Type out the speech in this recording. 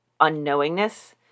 unknowingness